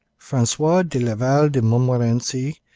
francois de laval de montmorency,